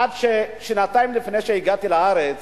עד שנתיים לפני שהגעתי לארץ